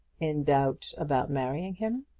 in doubt about marrying him?